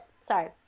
Sorry